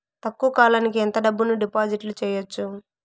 తక్కువ కాలానికి ఎంత డబ్బును డిపాజిట్లు చేయొచ్చు?